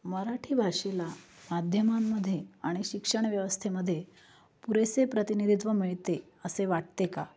मराठी भाषेला माध्यमांमध्ये आणि शिक्षणव्यवस्थेमध्ये पुरेसे प्रतिनिधित्व मिळते असे वाटते का